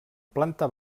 planta